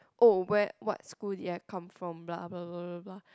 oh where what school did I come from blah blah blah blah blah blah